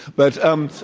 but, um